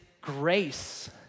grace